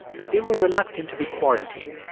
but they were reluctant to be quarantined.